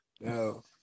no